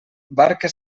barca